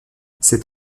cet